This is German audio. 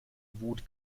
wut